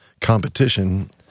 competition